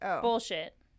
Bullshit